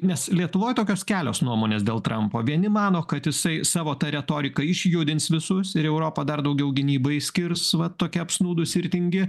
nes lietuvoj tokios kelios nuomonės dėl trampo vieni mano kad jisai savo ta retorika išjudins visus ir europa dar daugiau gynybai skirs va tokia apsnūdusi ir tingi